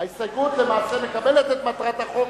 ההסתייגות מקבלת את מטרת החוק,